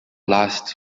last